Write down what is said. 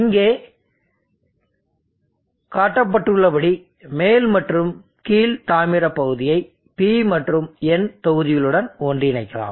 இங்கே காட்டப்பட்டுள்ளபடி மேல் மற்றும் கீழ் தாமிர பகுதியை P மற்றும் N தொகுதிகளுடன் ஒன்றிணைக்கலாம்